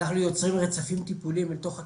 אנחנו יוצרים רצפים טיפוליים בתוך הקהילה,